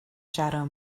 shadow